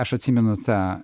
aš atsimenu tą